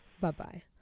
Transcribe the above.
Bye-bye